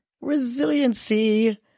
resiliency